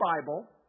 Bible